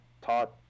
taught